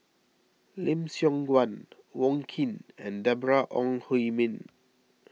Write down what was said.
Lim Siong Guan Wong Keen and Deborah Ong Hui Min